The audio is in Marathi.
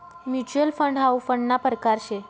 म्युच्युअल फंड हाउ फंडना परकार शे